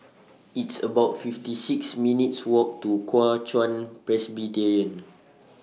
It's about fifty six minutes' Walk to Kuo Chuan Presbyterian